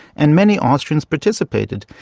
and many austrians participated.